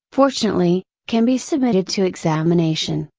fortunately, can be submitted to examination,